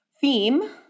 theme